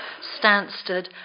Stansted